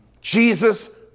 Jesus